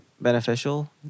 beneficial